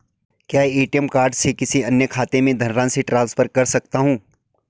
क्या ATM card से किसी अन्य खाते में धनराशि ट्रांसफर कर सकता हूँ?